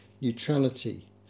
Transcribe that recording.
neutrality